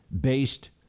based